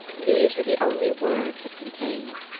these were the only words it contained.